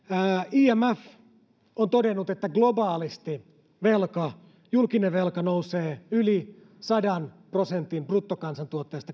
imf on todennut että globaalisti velka julkinen velka nousee yli sadan prosentin bruttokansantuotteesta